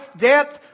depth